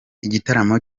igitaramo